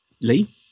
Lee